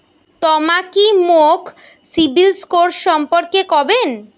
তমা কি মোক সিবিল স্কোর সম্পর্কে কবেন?